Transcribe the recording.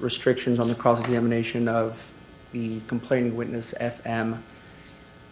restrictions on the cross examination of the complaining witness f am